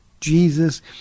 Jesus